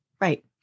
right